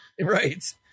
Right